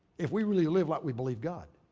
if we really live what we believe god.